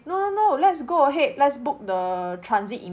no no no let's go ahead let's book the transit